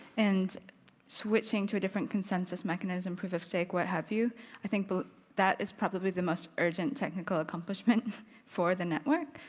and switching to a different consensus mechanism, proof-of-stake, what have you i think but that is probably the most urgent technical accomplishment for the network.